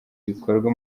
ibikorwa